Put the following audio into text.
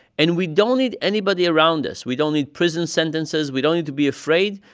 and we don't need anybody around us. we don't need prison sentences. we don't need to be afraid.